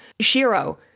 Shiro